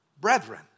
brethren